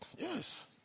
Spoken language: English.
Yes